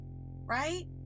right